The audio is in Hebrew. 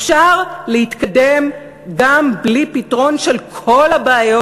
אפשר להתקדם גם בלי פתרון של כל הבעיות